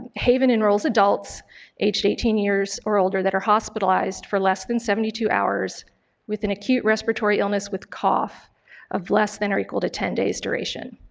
haven enrolls adults aged eighteen years or older that are hospitalized for less than seventy two hours with an acute respiratory illness with cough of less than or equal to ten days duration.